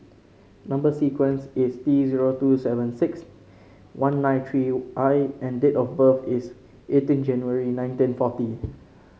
number sequence is T zero two seven six one nine three I and the date of birth is eighteen January nineteen forty